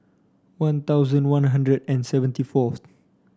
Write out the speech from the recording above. One Thousand One Hundred and seventy forth